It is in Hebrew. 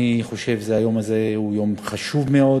אני חושב שהיום הזה הוא יום חשוב מאוד